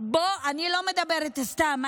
את מדברת סתם.